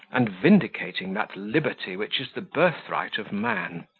and vindicating that liberty which is the birthright of man.